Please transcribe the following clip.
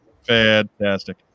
Fantastic